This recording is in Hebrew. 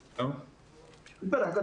תכנון,